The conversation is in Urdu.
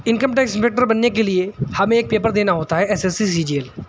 انکم ٹیکس انسپکٹر بننے کے لیے ہمیں ایک پیپر دینا ہوتا ہے S S C C G L